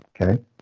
Okay